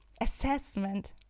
assessment